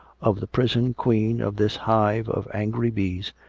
of the prison-queen of this hive of angry bees,